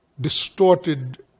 distorted